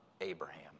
Abraham